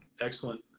Excellent